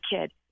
kid